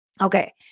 Okay